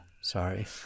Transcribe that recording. sorry